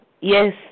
Yes